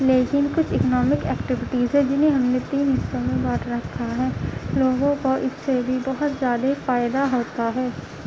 لیکن کچھ economic activities ہیں جنہیں ہم نے تین حصوں میں بانٹ رکھا ہے لوگوں کو اس سے بھی بہت زیادہ فائدہ ہوتا ہے